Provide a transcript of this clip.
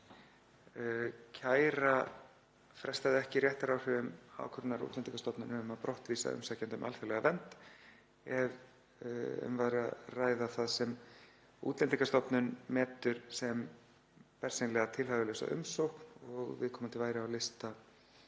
kæra frestaði ekki réttaráhrifum ákvörðunar Útlendingastofnunar um að brottvísa umsækjanda um alþjóðlega vernd ef um væri að ræða það sem Útlendingastofnun metur sem bersýnilega tilhæfulausa umsókn og viðkomandi væri á lista